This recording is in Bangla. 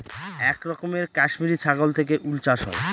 এক রকমের কাশ্মিরী ছাগল থেকে উল চাষ হয়